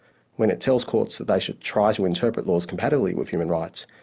when it tells courts that they should try to interpret laws compatably with human rights,